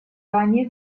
ранее